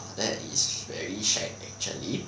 that is very shag actually